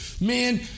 Man